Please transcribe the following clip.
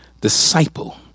disciple